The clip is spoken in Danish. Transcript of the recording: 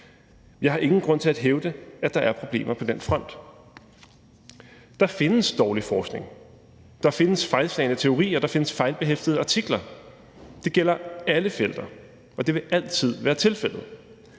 Jeg har ingen grund til at hævde, at der er problemer på den front. Der findes dårlig forskning, der findes fejlslagne teorier, der findes fejlbehæftede artikler. Det gælder inden for alle felter, og det vil altid være tilfældet.